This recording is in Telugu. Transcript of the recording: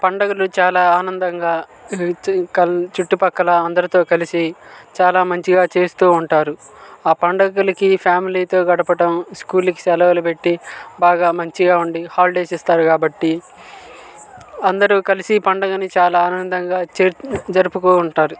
పండుగలు చాలా ఆనందంగా కల్ చుట్టుపక్కల అందరితో కలిసి చాలా మంచిగా చేస్తూ ఉంటారు ఆ పండగలకి ఫ్యామిలీతో గడపడం స్కూలుకి సెలవులు పెట్టి బాగా మంచిగా ఉండి హాలిడేస్ ఇస్తారు కాబట్టి అందరు కలిసి పండుగను చాలా ఆనందంగా చే జరుపుకుంటారు